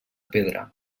pedra